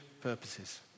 purposes